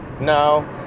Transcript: no